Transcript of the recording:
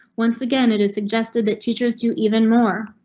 once again it is suggested that teachers do even more.